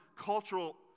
cultural